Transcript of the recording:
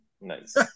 Nice